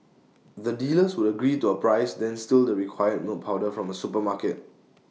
the dealers would agree to A price then steal the required milk powder from A supermarket